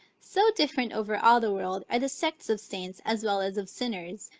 so different over all the world are the sects of saints as well as of sinners,